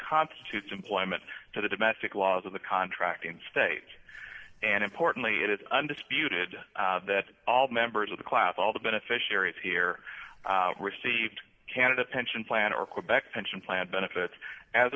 constitutes employment to the domestic laws of the contracting state and importantly it is undisputed that all the members of the class all the beneficiaries here received canada pension plan or quebec pension plan benefits as